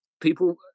people